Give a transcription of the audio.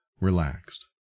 relaxed